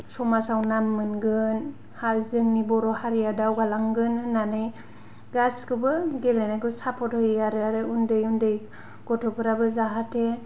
समाजाव नाम मोनगोन आरो जोंनि बर' हारिआ दावगालांगोन होन्नानै गासैखौबो गेलेनायखौ सापर्त होयो आरो आरो उन्दै उन्दै गथ'फोराबो जाहाथे